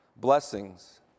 Blessings